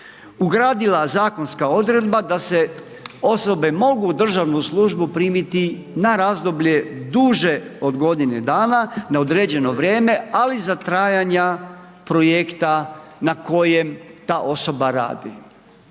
ugradila zakonska odredba da se osobe mogu u državnu službu primiti na razdoblje duže od godine dana na određeno vrijeme, ali za trajanja projekta na kojem na osoba radi.